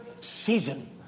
Season